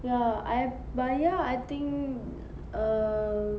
ya I bayar I think err